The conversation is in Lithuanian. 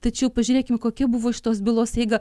tačiau pažiūrėkim kokia buvo šitos bylos eiga